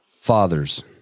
fathers